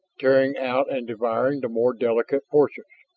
tearing out and devouring the more delicate portions.